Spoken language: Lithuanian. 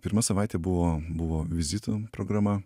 pirma savaitė buvo buvo vizitų programa